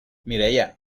mireia